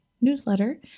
newsletter